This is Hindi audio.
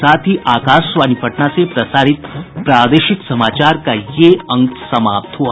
इसके साथ ही आकाशवाणी पटना से प्रसारित प्रादेशिक समाचार का ये अंक समाप्त हुआ